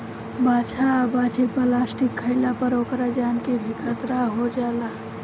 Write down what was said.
बाछा आ बाछी प्लास्टिक खाइला पर ओकरा जान के भी खतरा हो जाला